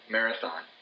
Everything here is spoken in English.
Marathon